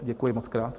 Děkuji mockrát.